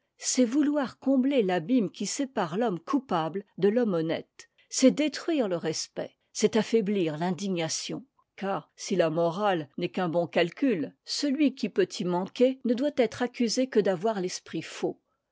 c'est vouloir combler l'abîme qui sépare l'homme coupable de i'homme honnête c'est détruire le respect c'est affaiblir l'indignation car si la morale n'est qu'un bon càlcul celui qui peut y manquer ne doit être accusé que d'avoir l'esprit faux